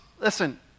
listen